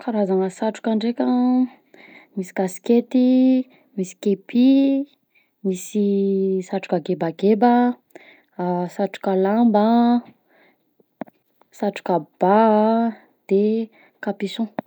Karazana satroka ndraika an: misy kaskety, misy kepy, misy satroka gebageba, a satroka lamba, satroka bà a de capuchon.